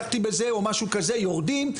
יורדים,